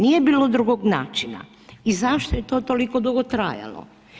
Nije bilo drugog načina zašto je to toliko dugo trajalo?